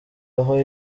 aho